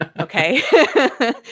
Okay